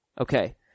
Okay